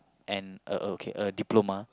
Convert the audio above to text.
and and a diploma